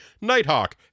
Nighthawk